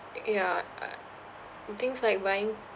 y~ yeah ah the things like buying